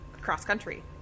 cross-country